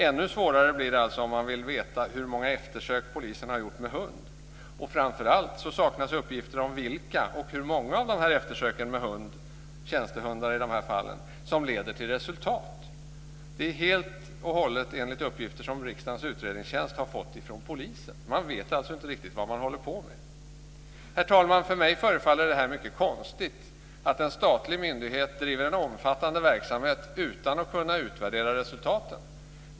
Ännu svårare blir det om man vill veta hur många eftersök polisen har gjort med hund. Framför allt saknas uppgifter om vilka och hur många av dessa eftersök med tjänstehundar som leder till resultat. Det är helt och hållet enligt uppgifter som riksdagens utredningstjänst fått från polisen. Man vet alltså inte riktigt vad man håller på med. Herr talman! För mig förefaller det mycket konstigt att en statlig myndighet driver en omfattande verksamhet utan att kunna utvärdera resultaten.